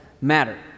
matter